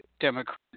Democrat